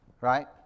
right